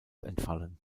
entfallen